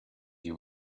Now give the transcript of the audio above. you